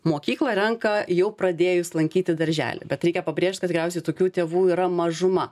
mokyklą renka jau pradėjus lankyti darželį bet reikia pabrėžt kad tikriausiai tokių tėvų yra mažuma